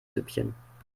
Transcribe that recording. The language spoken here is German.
süppchen